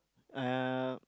uh